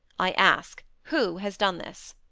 i ask, who has done this?